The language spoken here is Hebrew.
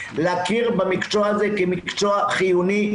להכיר במקצוע כמקצוע חיוני,